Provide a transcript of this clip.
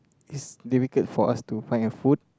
is difficult for us to find a food